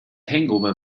hangover